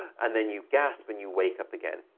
and then you gasp when you wake up again.